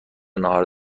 ناهار